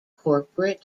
corporate